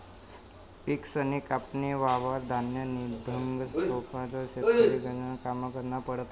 पिकसनी कापनी व्हवावर धान्य निंघस तोपावत शेतकरीले गनज कामे करना पडतस